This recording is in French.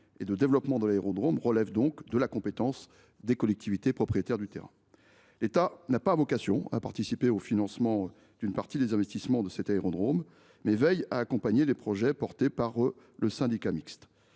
et de développement de l’aérodrome relève de la compétence des collectivités propriétaires du terrain. Si l’État n’a pas vocation à participer au financement d’une partie des investissements de cet aérodrome, il veille à accompagner les projets conduits par le syndicat mixte.